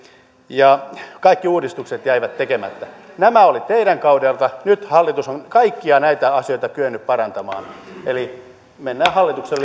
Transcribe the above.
ja kaikki uudistukset jäivät tekemättä näin oli teidän kaudellanne nyt hallitus on kaikkia näitä asioita kyennyt parantamaan eli mennään hallituksen